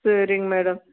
சரிங் மேடம்